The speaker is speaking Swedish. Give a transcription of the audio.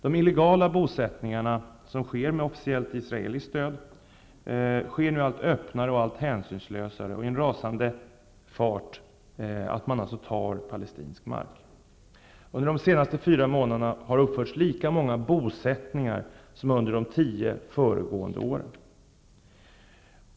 De illegala bosättningarna, som har officiellt israeliskt stöd, genomförs nu allt öppnare och hänsynslösare och i en rasande fart. Dessa bosättningar innebär att man övertar palestinsk mark. Under de senaste fyra månaderna har det uppförts lika många bosättningar som under de tio föregående åren.